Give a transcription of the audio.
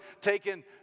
taken